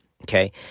okay